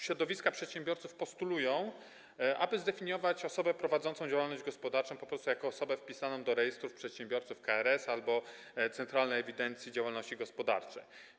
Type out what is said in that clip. Środowiska przedsiębiorców postulują, aby zdefiniować osobę prowadzącą działalność gospodarczą po prostu jako osobę wpisaną do rejestru przedsiębiorców KRS albo centralnej ewidencji działalności gospodarczej.